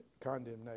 condemnation